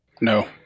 no